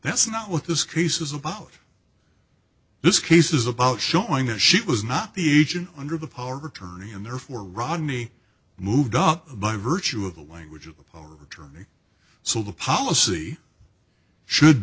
that's not what this case is about this case is about showing a she was not the agent under the power tourney and therefore rodney moved up by virtue of the language of the power of attorney so the policy should